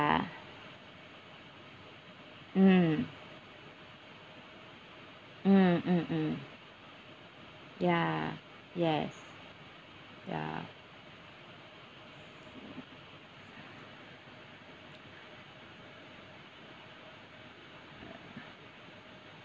~a mm mm mm mm yeah yes yeah